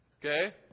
Okay